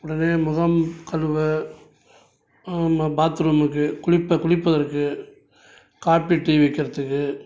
உடனே முகம் கழுவ ம பாத்ரூமுக்குக் குளிப்ப குளிப்பதற்குக் காபி டீ வைக்கிறத்துக்கு